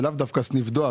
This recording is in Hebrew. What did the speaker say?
זה לאו דווקא סניף דואר,